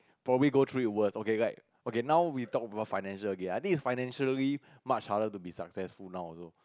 probably go through with worse okay like okay now we talk about financial a bit I think is financially much harder to be successful now also